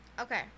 Okay